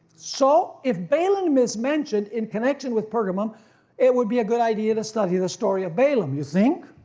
so if balaam is mentioned in connection with pergamum it would be a good idea to study the story of balaam, you think?